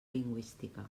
lingüística